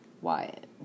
Wyatt